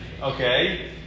Okay